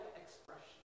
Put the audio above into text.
expression